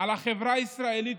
על החברה הישראלית,